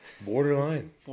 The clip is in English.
Borderline